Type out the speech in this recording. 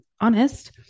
honest